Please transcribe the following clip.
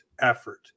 effort